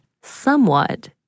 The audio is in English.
somewhat